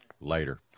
Later